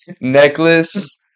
necklace